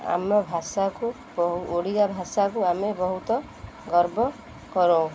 ଆମ ଭାଷାକୁ ଓଡ଼ିଆ ଭାଷାକୁ ଆମେ ବହୁତ ଗର୍ବ କରୁ